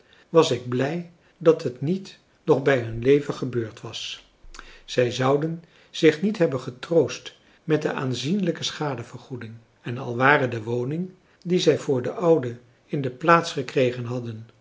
was ik blij dat het niet nog bij hun leven gebeurd was zij zouden zich niet hebben getroost met de aanzienlijke schadevergoeding en al ware de woning die zij voor de oude in de plaats gekregen hadden